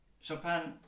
Chopin